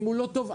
ואם הוא לא טוב,